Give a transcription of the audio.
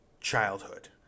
childhood